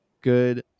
good